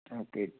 okay